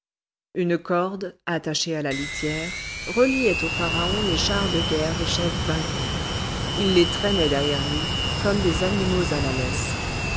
une corde attachée à la litière reliait au pharaon les chars de guerre des chefs vaincus il les traînait derrière lui comme des animaux à la laisse